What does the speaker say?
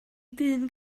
dyn